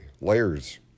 Layers